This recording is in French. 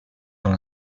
dans